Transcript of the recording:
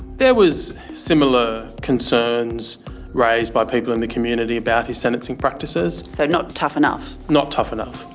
there was similar concerns raised by people in the community about his sentencing practices. so not tough enough? not tough enough,